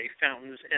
fountains